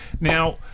Now